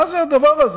מה זה הדבר הזה?